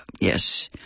yes